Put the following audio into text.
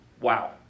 wow